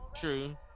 True